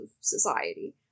society